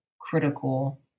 critical